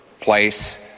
place